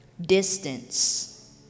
Distance